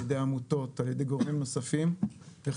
על ידי עמותות ועל ידי גורמים נוספים וחייבת